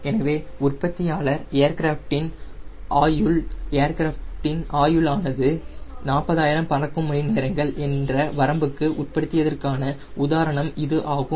எனவே உற்பத்தியாளர் ஏர்கிராஃப்டின் ஆயுள் ஏர்கிராஃப்டின் ஆயுள் ஆனது 40000 பறக்கும் மணிநேரங்கள் என்ற வரம்புக்கு உட்படுத்தியதற்கான உதாரணம் இது ஆகும்